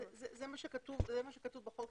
זה מה שכתוב בחוק.